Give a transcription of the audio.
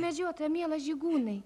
į medžiotoją mielas žygūnai